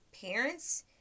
parents